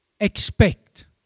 expect